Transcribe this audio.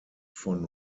von